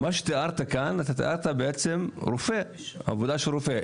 מה שתיארת כאן, תיארת עבודה של רופא.